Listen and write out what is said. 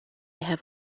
have